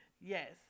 Yes